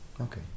Okay